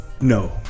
No